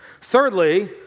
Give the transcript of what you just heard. Thirdly